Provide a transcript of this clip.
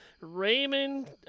Raymond